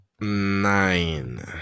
nine